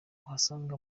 uhasanga